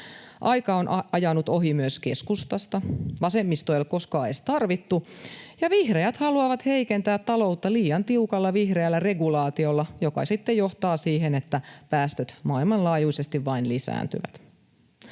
Aika on ajanut ohi myös keskustasta. Vasemmistoa ei ole koskaan edes tarvittu, ja vihreät haluavat heikentää taloutta liian tiukalla vihreällä regulaatiolla, joka sitten johtaa siihen, että päästöt maailmanlaajuisesti vain lisääntyvät.